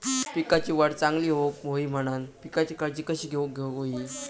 पिकाची वाढ चांगली होऊक होई म्हणान पिकाची काळजी कशी घेऊक होई?